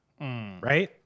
right